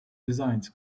designs